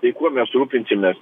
tai kuo mes rūpinsimės